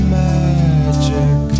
magic